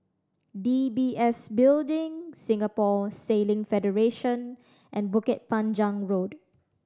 D B S Building Singapore Sailing Federation and Bukit Panjang Road